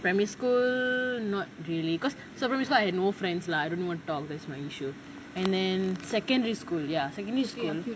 primary school not really because so primary school I had no friends lah I don't want to talk that's my issue and then secondary school ya secondary school